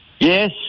Yes